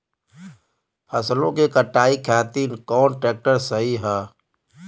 फसलों के कटाई खातिर कौन ट्रैक्टर सही ह?